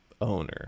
Owner